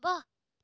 वाह्